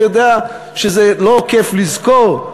אני יודע שזה לא כיף לזכור,